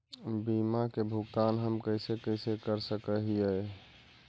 बीमा के भुगतान हम कैसे कैसे कर सक हिय?